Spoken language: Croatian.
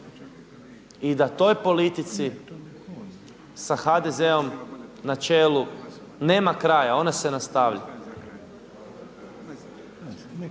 i da toj politici sa HDZ-om na čelu nema kraja, ona se nastavlja.